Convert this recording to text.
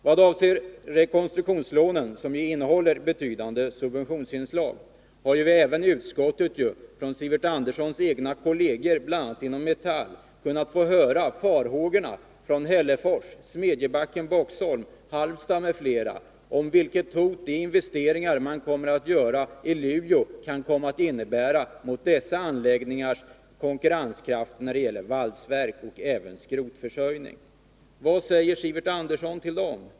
I fråga om rekonstruktionslånen, som ju innehåller betydande subventionsinslag, har man från Sivert Anderssons egna kolleger, bl.a. inom Metall, kunnat få höra farhågor uttryckas — bl.a. från Hällefors, Smedjebacken, Boxholm och Halmstad — om det hot som investeringarna i Luleå kan komma att innebära mot dessa anläggningars konkurrenskraft när det gäller valsverk och även skrotförsörjning. Vad säger Sivert Andersson till dem?